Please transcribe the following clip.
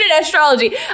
astrology